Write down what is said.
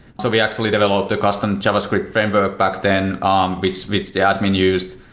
so we actually developed a custom java script framework back then um which which the ah admin used.